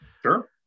Sure